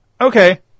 Okay